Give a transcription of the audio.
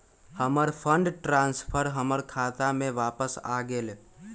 हमर fund transfer हमर खाता में वापस आ गेल